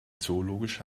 zoologische